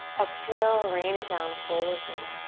exhale, rain it down, forward fold.